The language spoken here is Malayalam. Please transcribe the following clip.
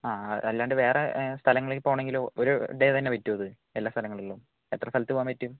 ആ അല്ലാണ്ട് വേറെ സ്ഥലങ്ങളിൽ പോണെങ്കിലോ ഒരു ഡേ തന്നെ പറ്റുമോ അത് എല്ലാ സ്ഥലങ്ങളിലും എത്ര സ്ഥലത്ത് പോകാൻ പറ്റും